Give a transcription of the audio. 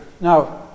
Now